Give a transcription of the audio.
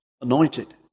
anointed